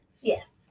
Yes